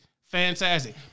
Fantastic